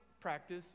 practice